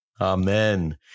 Amen